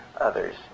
others